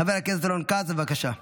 חבר הכנסת רון כץ, בבקשה.